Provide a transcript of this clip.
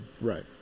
Right